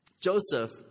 Joseph